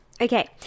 Okay